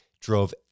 drove